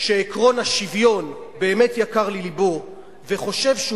שעקרון השוויון באמת יקר ללבו וחושב שהוא